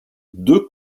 deux